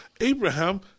Abraham